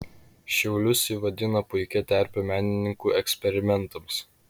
šiaulius ji vadina puikia terpe menininkų eksperimentams